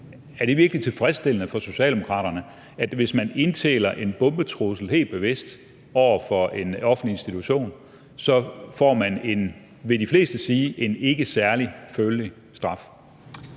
Er det virkelig tilfredsstillende for Socialdemokratiet, at man, hvis man helt bevidst indtaler en bombetrussel mod en offentlig institution, så får en – vil de fleste sige – ikke særlig følelig straf?